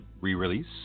re-release